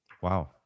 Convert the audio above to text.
wow